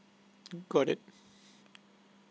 got it